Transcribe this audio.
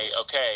okay